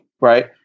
right